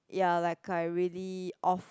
ya like I really off